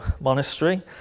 monastery